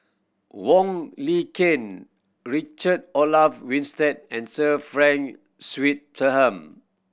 Wong Lin Ken Richard Olaf Winstedt and Sir Frank Swettenham